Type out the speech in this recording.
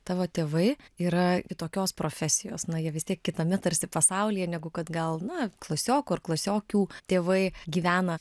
tavo tėvai yra kitokios profesijos na jie vis tiek kitame tarsi pasaulyje negu kad gal na klasiokų ar klasiokių tėvai gyvena